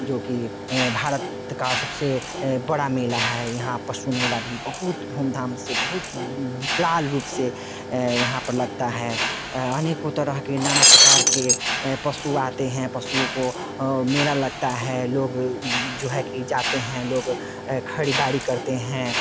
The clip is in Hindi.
जो कि भारत का सबसे एं बड़ा मेला है यहाँ पशु मेला भी बहुत धूम धाम से बहुत विकराल रूप से यहाँ पर लगता है अनेकों तरह के नाना प्रकार के पशु आते हैं पशुओं को मेला लगता है लोग जो है कि जाते हैं लोग ख़रीदारी करते हैं